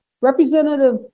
Representative